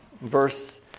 Verse